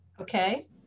Okay